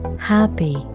happy